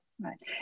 Right